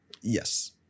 Yes